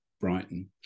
Brighton